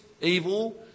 evil